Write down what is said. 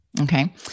okay